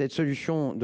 une solution.